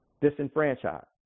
disenfranchised